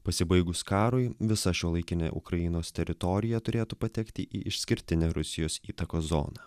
pasibaigus karui visa šiuolaikinė ukrainos teritorija turėtų patekti į išskirtinę rusijos įtakos zoną